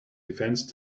defense